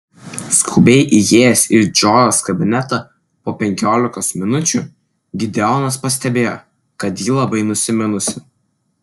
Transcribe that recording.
skubiai įėjęs į džojos kabinetą po penkiolikos minučių gideonas pastebėjo kad ji labai nusiminusi